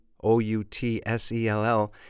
O-U-T-S-E-L-L